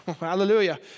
Hallelujah